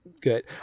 good